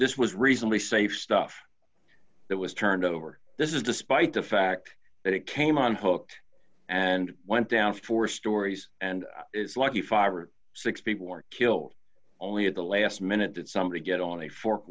this was reasonably safe stuff it was turned over this is despite the fact that it came on hooked and went down to four stories and is lucky five or six people are killed only at the last minute did somebody get on a fork